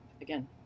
again